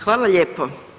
Hvala lijepo.